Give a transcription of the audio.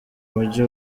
mugi